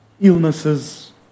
illnesses